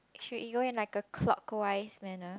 should we go in a clockwise manner